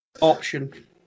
option